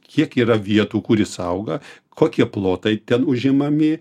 kiek yra vietų kur jis auga kokie plotai ten užimami